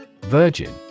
Virgin